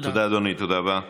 תודה רבה.